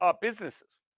businesses